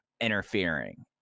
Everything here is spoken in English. interfering